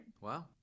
Wow